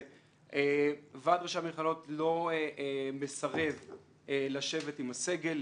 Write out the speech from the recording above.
ועד ראשי המכללות לא מסרב לשבת עם הסגל.